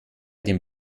dem